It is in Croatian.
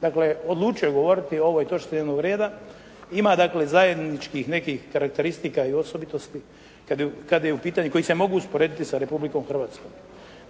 dakle odlučio govoriti o ovoj točci dnevnog reda ima dakle zajedničkih nekih karakteristika i osobitosti kada je u pitanju, koji se mogu usporediti sa Republikom Hrvatskom.